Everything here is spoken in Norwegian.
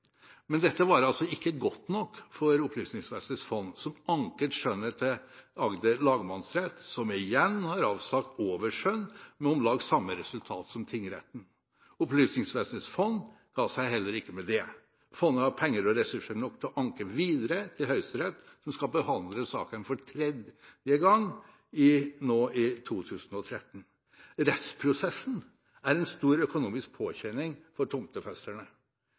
Men dette var altså ikke godt nok for Opplysningsvesenets fond, som anket skjønnet til Agder lagmannsrett, som igjen har avsagt overskjønn med om lag samme resultat som tingretten. Opplysningsvesenets fond ga seg heller ikke med det. Fondet har penger og ressurser nok til å anke videre til Høyesterett, som skal behandle saken for tredje gang nå i 2013. Rettsprosessen er en stor økonomisk påkjenning for tomtefesterne.